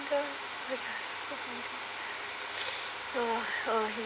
god oh oh